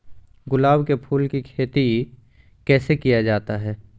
गुलाब के फूल की खेत कैसे किया जाता है?